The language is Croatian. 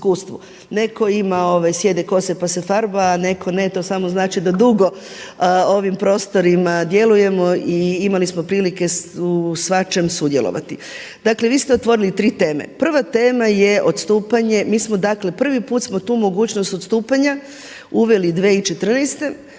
Netko ima sjede kose pa se farba a netko ne, to samo znači da dugo ovim prostorima djelujemo. I imali smo prilike u svačem sudjelovati. Dakle, vi ste otvorili 3 teme, prva tema je odstupanje, mi smo dakle, prvi put smo tu mogućnost odstupanja uveli 2014.